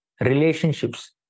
Relationships